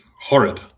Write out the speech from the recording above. Horrid